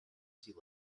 sea